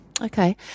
okay